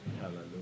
Hallelujah